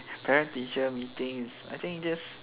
parent teacher meeting I think this